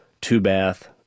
two-bath